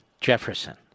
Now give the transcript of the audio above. Jefferson